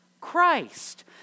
Christ